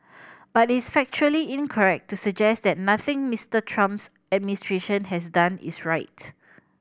but is factually incorrect to suggest that nothing Mister Trump's administration has done is right